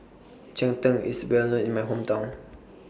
Cheng Tng IS Well known in My Hometown